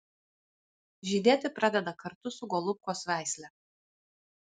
žydėti pradeda kartu su golubkos veisle